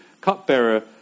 cupbearer